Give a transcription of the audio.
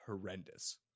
horrendous